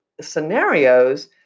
scenarios